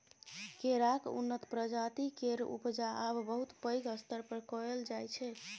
केराक उन्नत प्रजाति केर उपजा आब बहुत पैघ स्तर पर कएल जाइ छै